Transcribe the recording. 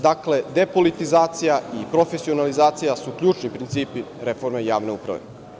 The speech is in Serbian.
Dakle, depolitizacija i profesionalizacija su ključni principi reforme javne uprave.